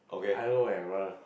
I don't know eh brother